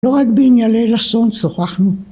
לא רק בענייני לשון שוחחנו.